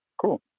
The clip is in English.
cool